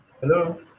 hello